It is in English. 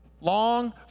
long